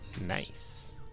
Nice